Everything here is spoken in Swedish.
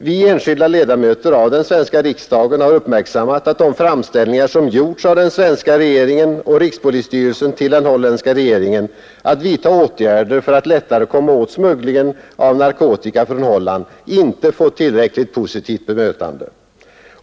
”Vi, enskilda ledamöter av den svenska riksdagen, har uppmärksammat att de framställningar som gjorts av den svenska regeringen och rikspolisstyrelsen till den holländska regeringen att vidta åtgärder för att lättare komma åt smugglingen av narkotika från Holland inte fått tillräckligt positivt bemötande.